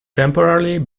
temporarily